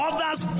Others